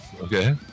Okay